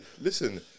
Listen